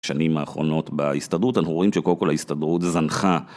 שנים האחרונות בהסתדרות, אנחנו רואים שכל כל ההסתדרות זנחה.